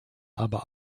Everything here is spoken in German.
aber